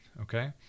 Okay